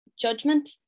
judgment